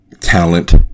Talent